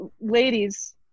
ladies